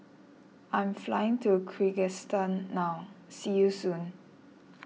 I am flying to Kyrgyzstan now see you soon